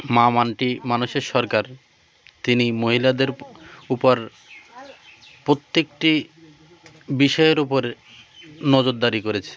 মা মাটি মানুষের সরকার তিনি মহিলাদের উপর প্রত্যেকটি বিষয়ের উপর নজরদারি করেছে